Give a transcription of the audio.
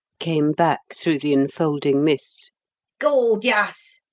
came back through the enfolding mist gawd, yuss!